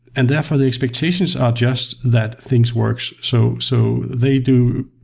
and therefore, the expectations are just that things works, so so they do